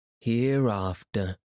Hereafter